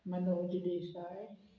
Manoj Desai